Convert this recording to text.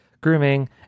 grooming